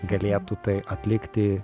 galėtų tai atlikti